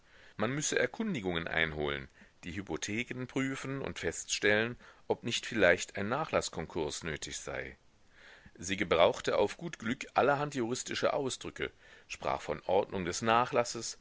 man müsse erkundigungen einholen die hypotheken prüfen und feststellen ob nicht vielleicht ein nachlaßkonkurs nötig sei sie gebrauchte auf gut glück allerhand juristische ausdrücke sprach von ordnung des nachlasses